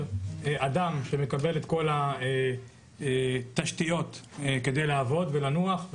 אדם שמקבל את כל התשתיות כדי לעבוד ולנוח,